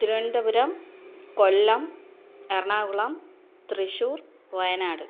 Thiruvananthapuram Kollam Ernakulam Thrissur Wayanad